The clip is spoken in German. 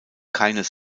keines